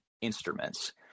instruments